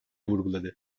vurguladı